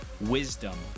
wisdom